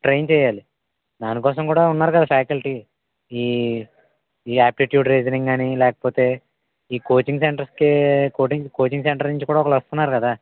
train చెయ్యాలి దానికోసం కూడా ఉన్నారుగా ఫ్యాకల్టీ ఈ ఈ ఆప్టిట్యూడ్ రీజనింగ్ అని లేకపోతే ఈ కోచింగ్ సెంటర్స్కి కోటిం కోచింగ్ సెంటర్ నుంచి కూడా ఒక్కరు వస్తున్నారు కదా